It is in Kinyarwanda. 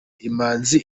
imanzi